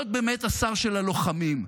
להיות באמת השר של הלוחמים,